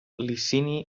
licini